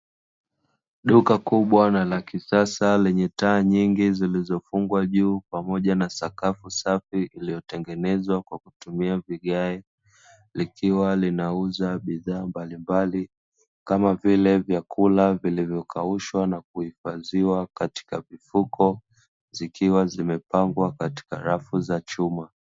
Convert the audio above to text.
Duka kubwa na la kisasa lenye taa nyingi zilizofungwa juu pamoja na sakafu safi iliyotengenezwa kwa kutumia vigae, likiwa linauza bidhaa mbalimbali kama vile vyakula vilivyokaushwa na kuhifadhiwa katika mifuko zikiwa zimepanga katika rafu za chuma.